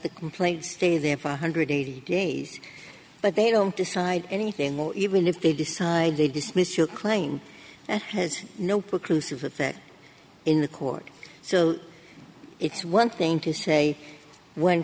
the complaint stay there for one hundred eighty days but they don't decide anything even if they decide they dismiss your claim that has no crucifix in the court so it's one thing to say when